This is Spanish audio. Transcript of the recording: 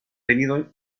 tenido